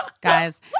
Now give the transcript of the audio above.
guys